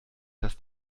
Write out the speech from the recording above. dass